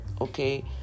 okay